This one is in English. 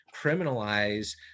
criminalize